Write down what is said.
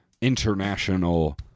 international